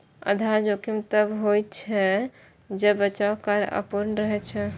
आधार जोखिम तब होइ छै, जब बचाव कार्य अपूर्ण रहै छै